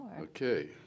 Okay